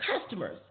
customers